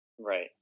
Right